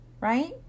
Right